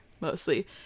mostly